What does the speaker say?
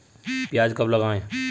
प्याज कब लगाएँ?